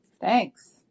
Thanks